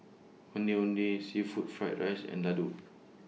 Ondeh Ondeh Seafood Fried Rice and Laddu